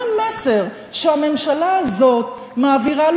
מה המסר שהממשלה הזאת מעבירה,